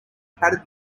padded